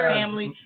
family